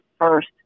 first